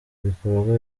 bikorwa